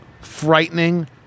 frightening